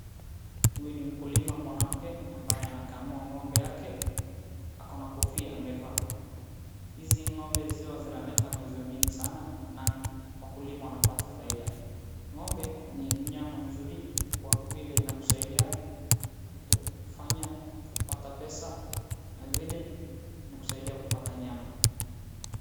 Huyu ni mkulima mwanamke ambaye anakamua ngo'mbe yake. Ako na kofia amevaa. Hizi ngo'mbe zi huwa zinaleta maziwa mingi sana na wakulima wanapata faida. Ngo'mbe ni mnyama mzuri kwa vile inakusaidia kufanya kupata pesa na vile inakusaidia kupata nyama.